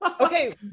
Okay